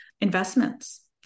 investments